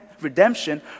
redemption